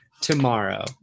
tomorrow